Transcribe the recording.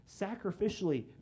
sacrificially